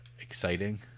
exciting